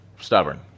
stubborn